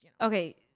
Okay